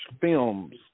films